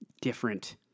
different